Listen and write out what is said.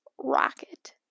rocket